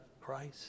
Christ